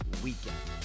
weekend